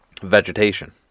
vegetation